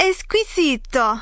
Esquisito